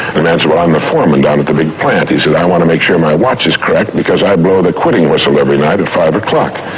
the man said, well, i'm the foreman down at the big plant. he said, i want to make sure my watch is correct because i blow the quitting whistle every night at five o'clock.